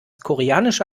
koreanische